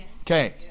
Okay